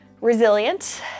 resilient